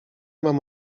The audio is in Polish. mam